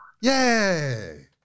Yay